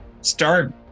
start